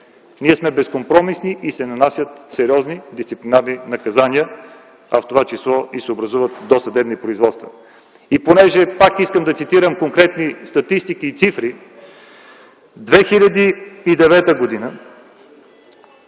ние сме безкомпромисни и се нанасят сериозни дисциплинарни наказания, в това число се образуват и досъдебни производства. Пак искам да цитирам конкретна статистика и цифри: от